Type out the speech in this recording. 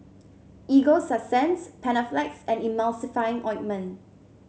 Ego Sunsense Panaflex and Emulsying Ointment